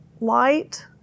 light